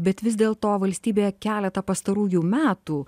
bet vis dėl to valstybė keletą pastarųjų metų